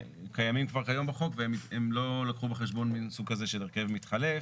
שקיימים כבר כיום בחוק והם לא לקחו בחשבון מן סוג כזה של הרכב מתחלף.